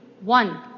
one